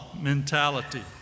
mentality